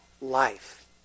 life